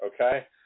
Okay